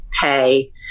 pay